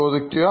ചോദിക്കുക